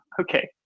okay